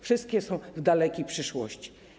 Wszystkie powstaną w dalekiej przyszłości.